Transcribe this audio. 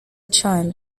child